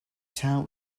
tout